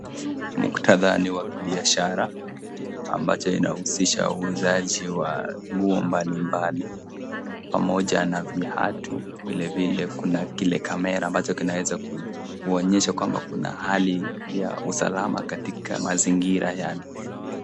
Muktadha ni wa kibiashara, ambacho inahusisha uuzaji wa nguo mbali mbali, pamoja na viatu, vilevile kuna kile kamera ambacho kinaweza kuonyesha kwamba kuna hali ya usalama katika mazingira yale.